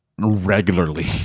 regularly